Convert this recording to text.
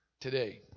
today